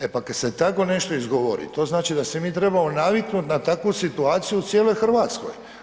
E pa kad se tako nešto izgovori to znači da se mi trebamo naviknuti na takvu situaciju u cijeloj Hrvatskoj.